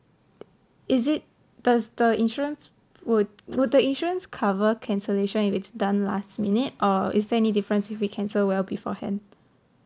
is it does the insurance would would the insurance cover cancellation if it's done last minute or is there any difference if we cancel well beforehand